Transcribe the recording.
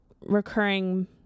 recurring